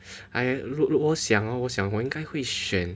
I look look 我想我想我因该会选